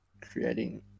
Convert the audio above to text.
creating